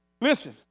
Listen